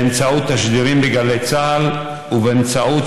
באמצעות תשדירים בגלי צה"ל ובאמצעות